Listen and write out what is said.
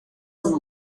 and